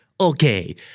Okay